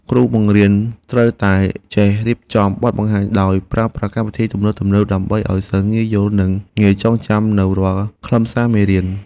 គ្រូបង្រៀនត្រូវតែចេះរៀបចំបទបង្ហាញដោយប្រើប្រាស់កម្មវិធីទំនើបៗដើម្បីឱ្យសិស្សងាយយល់និងងាយចងចាំនូវរាល់ខ្លឹមសារមេរៀន។